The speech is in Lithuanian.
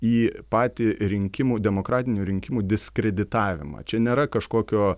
į patį rinkimų demokratinių rinkimų diskreditavimą čia nėra kažkokio